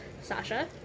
Sasha